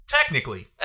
technically